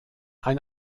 ein